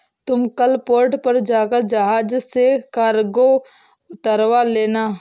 कल तुम पोर्ट पर जाकर जहाज से कार्गो उतरवा लेना